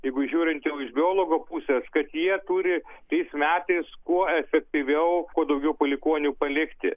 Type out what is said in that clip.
jeigu žiūrint jau iš biologo pusės kad jie turi tais metais kuo efektyviau kuo daugiau palikuonių palikti